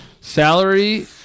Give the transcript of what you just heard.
salary